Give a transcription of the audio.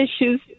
issues